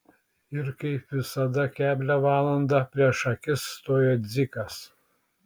ir kaip visada keblią valandą prieš akis stojo dzikas